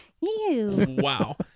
wow